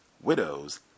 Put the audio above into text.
widows